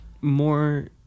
more